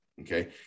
Okay